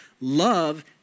love